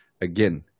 again